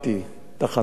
תחנת משטרה.